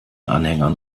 anhängern